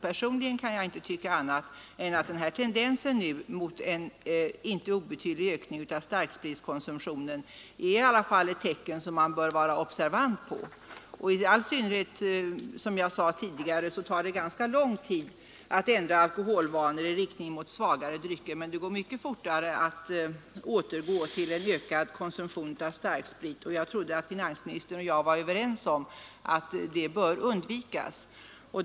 Personligen kan jag inte tycka annat än att tendensen mot en inte obetydlig ökning av starkspritskonsumtionen i alla fall är ett tecken som man bör vara observant på, i all synnerhet som det — som jag sade tidigare — tar ganska lång tid att ändra alkoholvanor i riktning mot svagare drycker medan man mycket fort återgår till ökad konsumtion av starksprit; jag trodde att finansministern och jag var överens om att det bör undvikas.